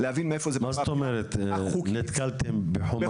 להבין מאיפה זה בא מה זאת אומרת נתקלת בחומה?